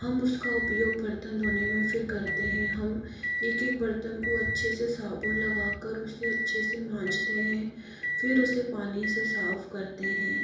हम उसका उपयोग बर्तन धोने में फिर करते हैं हम एक एक बर्तन को अच्छे से साबुन लगा कर उसे अच्छे से मांजते हैं फिर उसे पानी से साफ करते हैं